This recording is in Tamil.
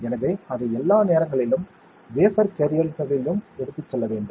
எனவே அதை எல்லா நேரங்களிலும் வேஃபர் கேரியர்களிலும் எடுத்துச் செல்ல வேண்டும்